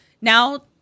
now